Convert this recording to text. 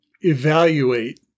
evaluate